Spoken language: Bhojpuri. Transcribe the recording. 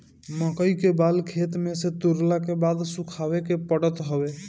मकई के बाल खेते में से तुरला के बाद सुखावे के पड़त हवे